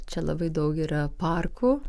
čia labai daug yra parkų